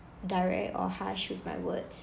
direct or harsh with my words